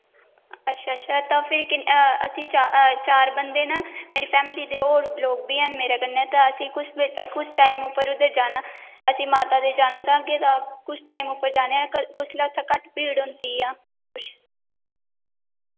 अच्छा अच्छा तां फिर असीं चा चार बंदे न मेरी फैमली दे होर लोक बी हैन मेरे कन्नै तै असी कुस टाइम उप्पर उद्धर जाना असी माता दे जाना कुस टाइम उप्पर जाना ऐ कल कुसलै उत्थै घट्ट भीड़ होंदी जां कुछ